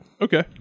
Okay